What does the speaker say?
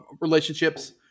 relationships